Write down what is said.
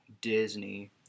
Disney